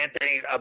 Anthony